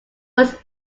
was